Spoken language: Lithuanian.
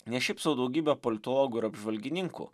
ne šiaip sau daugybė politologų ir apžvalgininkų